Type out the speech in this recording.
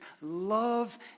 love